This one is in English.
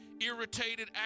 irritated